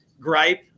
gripe